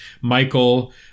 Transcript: Michael